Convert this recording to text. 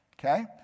Okay